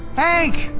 hank!